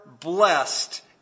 blessed